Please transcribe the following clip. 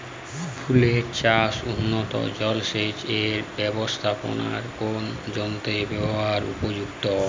ফুলের চাষে উন্নত জলসেচ এর ব্যাবস্থাপনায় কোন যন্ত্রের ব্যবহার উপযুক্ত?